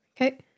Okay